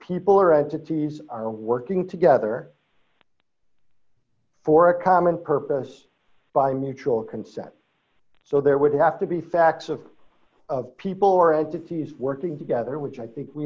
people are right cities are working together for a common purpose by mutual consent so there would have to be facts of of people or as it sees working together which i think we